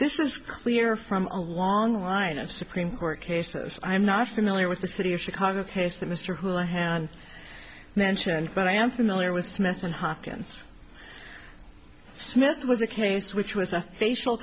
this is clear from a long line of supreme court cases i'm not familiar with the city of chicago taste that mr houlihan mentioned but i am familiar with smith and hopkins smith was a case which was a facial